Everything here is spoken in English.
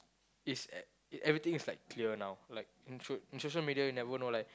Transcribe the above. is e~ everything is like clear now like in so~ in social media you never know like